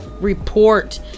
report